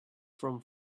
from